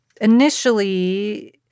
initially